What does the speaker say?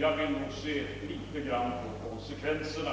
Jag vill nog studera konsekvenserna,